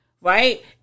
Right